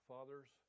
Fathers